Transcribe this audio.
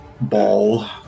ball